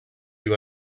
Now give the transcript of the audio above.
you